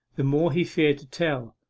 the more he feared to tell.